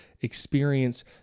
experience